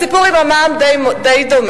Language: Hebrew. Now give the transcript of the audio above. הסיפור עם המע"מ די דומה,